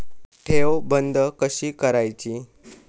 ठेव बंद कशी करायची?